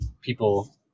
people